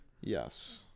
Yes